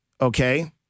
okay